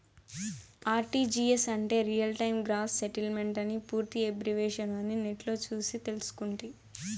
RTGS అంటే real time gross సెటిల్మెంటని పూర్తి ఎబ్రివేషను అని నెట్లో సూసి తెల్సుకుంటి